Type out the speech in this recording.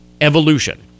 evolution